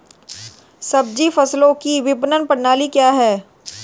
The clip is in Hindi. सब्जी फसलों की विपणन प्रणाली क्या है?